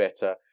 better